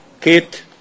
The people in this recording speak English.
Kate